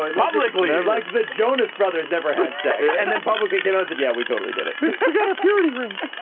like publically! like the jonas brothers never had sex and then publicly came out said yeah, we totally did it we've got our purity rings!